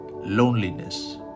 loneliness